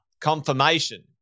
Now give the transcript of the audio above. confirmation